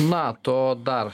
nato dar